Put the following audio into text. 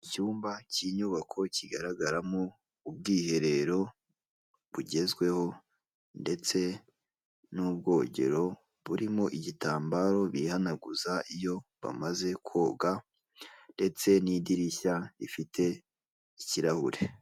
Icyumba cy'inyubako kigaragaramo ubwiherero bugezweho ndetse n'ubwogero burimo igitambaro bihanaguza iyo bamaze koga ndetse n'idirishya rifite ikirahure.